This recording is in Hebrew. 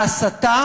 ההסתה